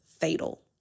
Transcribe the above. fatal